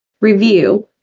review